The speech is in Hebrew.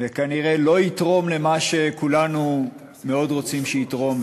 וכנראה לא יתרום למה שכולנו מאוד רוצים שיתרום,